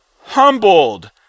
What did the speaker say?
humbled